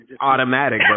Automatic